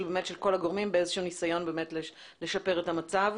כל הגורמים באיזשהו ניסיון לשפר את המצב.